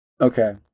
Okay